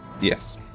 Yes